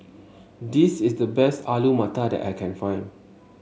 this is the best Alu Matar that I can find